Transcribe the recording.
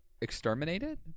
exterminated